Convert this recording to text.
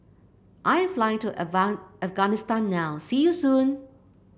I am flying to Afghanistan now see you soon